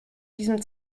diesem